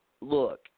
look